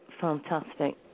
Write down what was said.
Fantastic